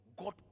God